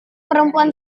perempuan